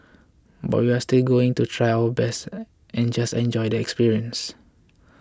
but we're still going to try our best and just enjoy the experience